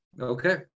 Okay